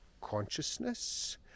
Consciousness